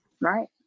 Right